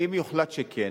ואם יוחלט שכן,